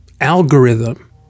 algorithm